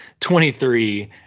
23